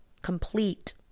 complete